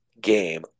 game